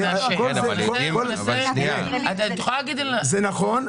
מה שאת אומרת נכון,